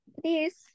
Please